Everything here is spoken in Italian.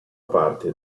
parte